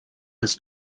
his